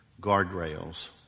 guardrails